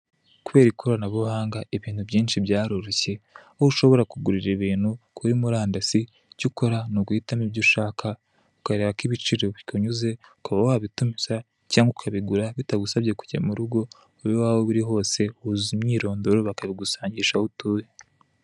Kubera ikoranabuhanga, ibintu byinshi byaroroshye, aho ushobora kugurira ibintu kuri murandasi, icyo ukora ni uguhitamo ibyo ushaka ukareba ko ibiciro bikunyuze, ukaba wabitumize cyangwa ukabigura bitagusabye kujya mu rugo, aho waba uri hose, wuzuza imyirondoro baka bigusangisha aho utuye.